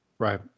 Right